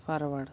forward